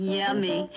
yummy